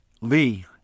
Lee